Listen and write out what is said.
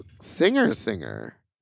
singer-singer